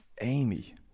Amy